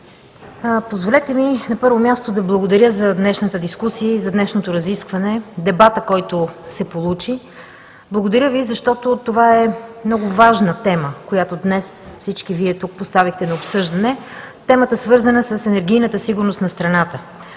Позволете ми, на първо място, да благодаря за днешната дискусия и разискване, за дебата, който се получи. Благодаря Ви, защото това е много важна тема, която днес всички Вие поставихте на обсъждане. Темата, свързана с енергийната сигурност на страната,